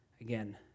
again